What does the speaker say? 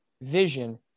vision